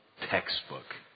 textbook